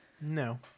No